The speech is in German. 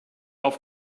auf